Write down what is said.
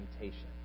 temptation